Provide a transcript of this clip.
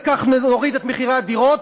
וכך נוריד את מחירי הדירות,